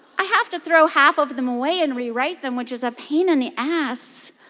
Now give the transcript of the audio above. i have to throw half of them away and rewrite them, which is a pain in the ass.